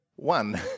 one